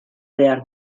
behar